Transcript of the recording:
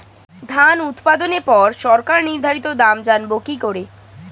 ধান উৎপাদনে পর সরকার নির্ধারিত দাম জানবো কি করে?